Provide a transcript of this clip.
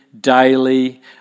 daily